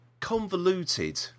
convoluted